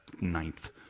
ninth